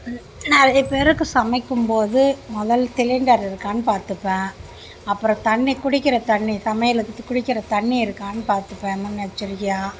ம் நிறைய பேருக்கு சமைக்கும்போது முதல் சிலிண்டர் இருக்கான் பார்த்துப்பேன் அப்புறோம் தண்ணி குடிக்கிற தண்ணி சமையலத்துத்து குடிக்கிற தண்ணி இருக்கான் பார்த்துப்பேன் முன்னெச்சரிக்கையாக